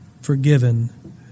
forgiven